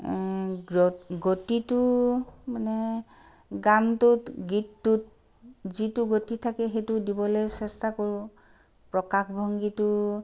গ্ৰত গতিটো মানে গানটোত গীতটোত যিটো গতি থাকে সেইটো দিবলৈ চেষ্টা কৰোঁ প্ৰকাশভংগিটো